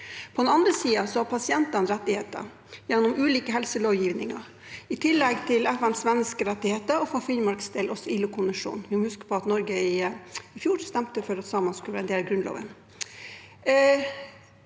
På den andre siden har pasientene rettigheter gjennom ulik helselovgivning, i tillegg til FNs menneskerettigheter og for Finnmarks del også ILO-konvensjonen. Vi må huske på at vi i Norge i fjor stemte for at samene skulle være en del av Grunnloven